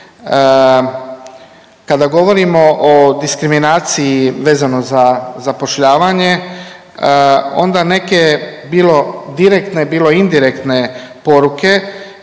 Kada govorimo o diskriminaciji vezano za zapošljavanje onda neke bilo direktne, bilo indirektne poruke